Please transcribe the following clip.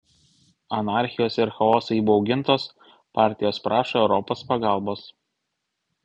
anarchijos ir chaoso įbaugintos partijos prašo europos pagalbos